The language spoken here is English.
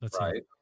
Right